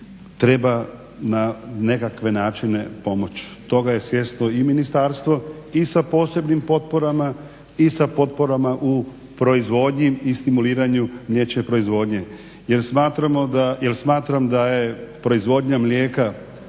treba na nekakve načine pomoći. Toga je svjesno i ministarstvo i sa posebnim potporama i sa potporama u proizvodnji i stimuliranju mliječne proizvodnje jer smatram da je proizvodnja mlijeka